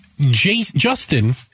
Justin